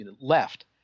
left